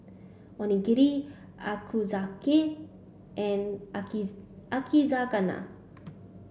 Onigiri Ochazuke and Yakizakana